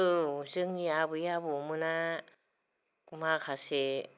औ जोंनि आबै आबौमोना माखासे